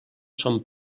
son